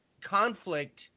conflict